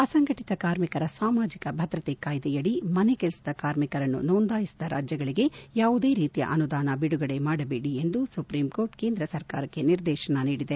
ಅಸಂಘಟತ ಕಾರ್ಮಿಕರ ಸಾಮಾಜಿಕ ಭದ್ರತೆ ಕಾಯ್ದೆಯಡಿ ಮನೆಗೆಲಸ ಕಾರ್ಮಿಕರನ್ನು ನೋಂದಾಯಿಸದ ರಾಜ್ಞಗಳಿಗೆ ಯಾವುದೇ ರೀತಿಯ ಅನುದಾನ ಬಿಡುಗಡೆ ಮಾಡಬೇಡಿ ಎಂದು ಸುಪ್ರೀಂಕೋರ್ಟ್ ಕೇಂದ್ರ ಸರ್ಕಾರಕ್ಕೆ ನಿರ್ದೇಶನ ನೀಡಿದೆ